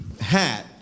hat